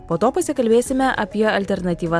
po to pasikalbėsime apie alternatyvą